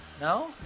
No